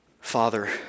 Father